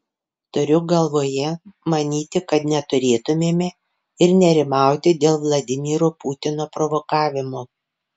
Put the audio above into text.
turiu galvoje manyti kad neturėtumėme ir nerimauti dėl vladimiro putino provokavimo